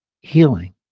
healing